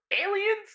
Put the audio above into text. aliens